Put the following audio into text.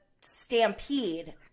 stampede